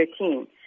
2013